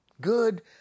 Good